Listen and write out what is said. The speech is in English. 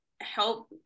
help